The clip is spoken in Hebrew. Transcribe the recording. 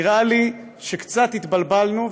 נראה לי שקצת התבלבלנו,